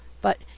But